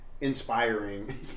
inspiring